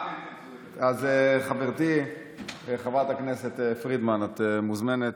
חברתי חברת הכנסת פרידמן, את מוזמנת.